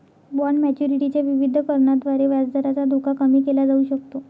bond maturity च्या विविधीकरणाद्वारे व्याजदराचा धोका कमी केला जाऊ शकतो